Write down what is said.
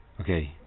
Okay